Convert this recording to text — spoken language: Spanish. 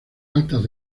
altas